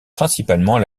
principalement